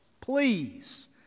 Please